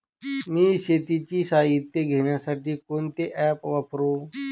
मी शेतीचे साहित्य घेण्यासाठी कोणते ॲप वापरु?